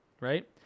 Right